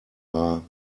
are